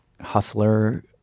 hustler